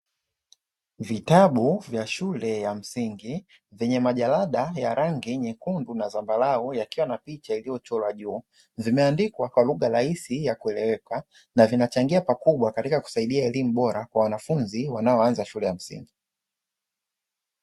Vitabu vya shule ya msingi vyenye majalada ya rangi nyekundu na zambarau yakiwa na picha iliyochorwa juu, zimeandikwa kwa lugha rahisi ya kueleweka, na vinachangia pakubwa katika kuchangia elimu bora kwa wanafunzi wanaoanza shule ya msingi.